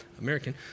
American